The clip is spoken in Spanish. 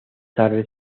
tarde